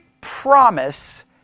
promise